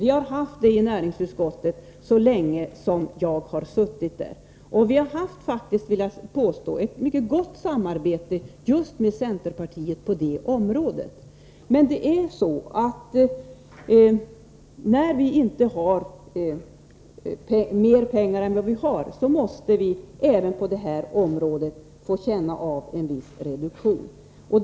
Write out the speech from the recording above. Vi har diskuterat den i näringsutskottet så länge som jag har suttit där. Vi har haft, vill jag påstå, ett mycket gott samarbete just med centerpartiet på detta område. Men när vi inte har mera pengar än vi har, måste även detta område få känna av en viss reduktion.